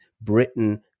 Britain